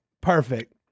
Perfect